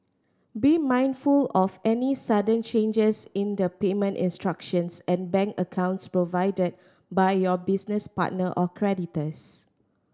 be mindful of any sudden changes in the payment instructions and bank accounts provided by your business partner or creditors